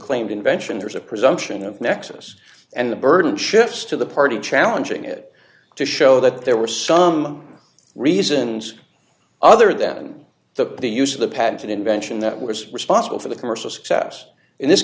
claimed invention there's a presumption of nexus and the burden shifts to the party challenging it to show that there were some reasons other than the the use of the patented invention that was responsible for the commercial success in this